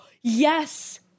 Yes